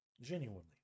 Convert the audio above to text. Genuinely